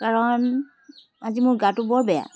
কাৰণ আজি মোৰ গাটো বৰ বেয়া